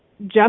jump